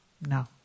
No